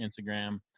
instagram